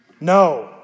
No